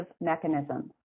mechanisms